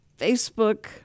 Facebook